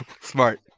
Smart